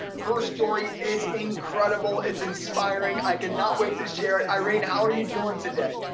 her story is incredible! it's inspiring i cannot wait to share it. irene how are you doing today?